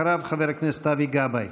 אחריו, חבר הכנסת אבי גבאי.